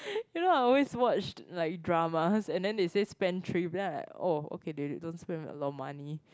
you know I always watched like dramas and then then they say spendthrift then I like oh they don't spend a lot of money